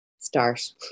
Start